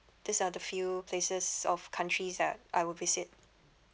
these are the few places of countries that I will visit